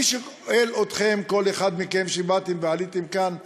אני שואל כל אחד מכם, שעליתם לכאן ודיברתם: